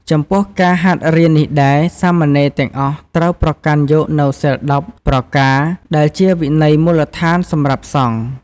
ចំពោះការហាត់រៀននេះដែរ សាមណេរទាំងអស់ត្រូវប្រកាន់យកនូវសីល ១០ ប្រការ ដែលជាវិន័យមូលដ្ឋានសម្រាប់សង្ឃ។